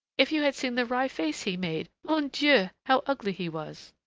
if you had seen the wry face he made! mon dieu, how ugly he was!